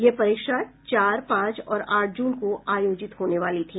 यह परीक्षा चार पांच और आठ जून को आयोजित होने वाली थी